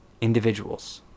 individuals